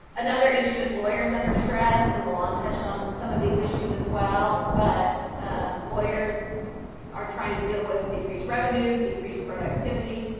another issue is lawyers under stress. and milan touched on some of these issues as well. but lawyers are trying to deal with decreased revenue, decreased productivity.